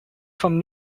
from